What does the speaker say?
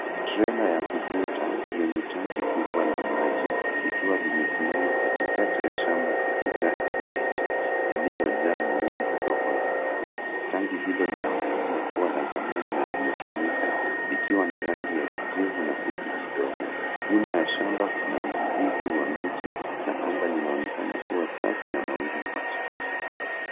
Trela ya kuvuta yenye tanki kubwa la maji, likiwa limesimama katikati ya shamba la kijani kibichi, lililojaa maua madogo ya njano. Tanki hilo linaonekana kuwa ya zamani na limetumika likiwa na rangu ya kijivu na kutu kidogo. Nyuma ya shamba kuna msitu wa miti, na anga linaonekana kuwa safi na mawingu machache.